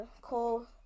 Cole